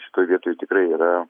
šitoj vietoj tikrai yra